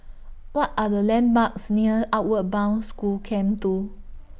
What Are The landmarks near Outward Bound School Camp two